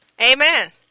Amen